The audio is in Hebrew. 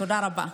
תודה רבה.